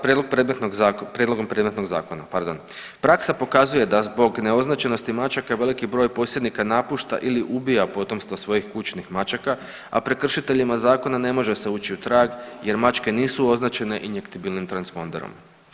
Prijedlog predmetnog zakona, prijedlogom predmetnog zakona, pardon, praksa pokazuje da zbog neoznačenosti mačaka veliki broj posjednika napušta ili ubija potomstvo svojih kućnih mačaka, a prekršiteljima zakona ne može se ući u trag jer mačke nisu označene injektibilnim transponderom.